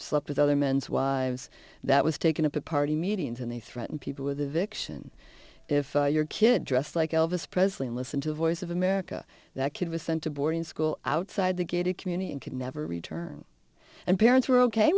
slept with other men's wives that was taking up a party meetings and they threaten people with the vicks and if your kid dressed like elvis presley and listen to the voice of america that kid was sent to boarding school outside the gated community and could never return and parents were ok